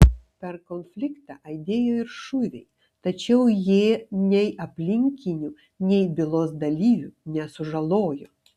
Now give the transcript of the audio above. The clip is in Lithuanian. per konfliktą aidėjo ir šūviai tačiau jie nei aplinkinių nei bylos dalyvių nesužalojo